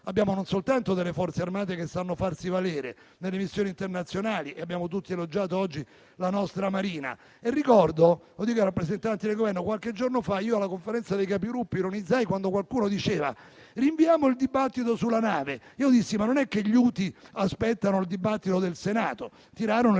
abbiamo non soltanto delle Forze armate che sanno farsi valere nelle missioni internazionali e abbiamo tutti elogiato oggi la nostra Marina. Ricordo - lo dico ai rappresentanti del Governo - che qualche giorno fa io alla Conferenza dei Capigruppo ironizzai perché qualcuno diceva di rinviare il dibattito sulla nave. Dissi: non è che gli Houthi aspettano il dibattito del Senato. Tirarono il